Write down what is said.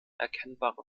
erkennbare